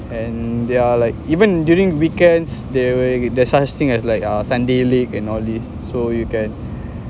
and they're like even during weekends they when there's such thing as like a sunday league and all these so you can